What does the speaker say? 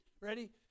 Ready